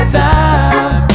time